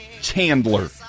Chandler